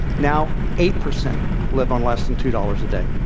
now, eight percent live on less than two dollars a day.